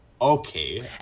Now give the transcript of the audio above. Okay